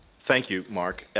thank you mark,